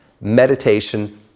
Meditation